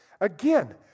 Again